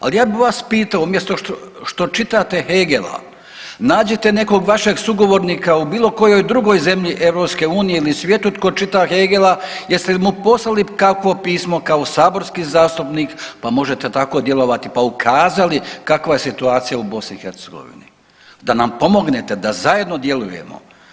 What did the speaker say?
Ali ja bih vas pitao umjesto što čitate Hegela, nađite nekog vašeg sugovornika u bilo kojoj drugoj zemlji EU ili svijetu tko čita Hegela jeste li mu poslali kakvo pismo kao saborski zastupnik, pa možete tako djelovati pa ukazali kakva je situacija u BiH, da nam pomognete da zajedno djelujemo.